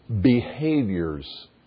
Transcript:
behaviors